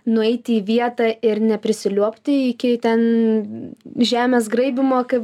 nueiti į vietą ir neprisiliuobti iki ten žemės graibymo kaip